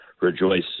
rejoice